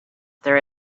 there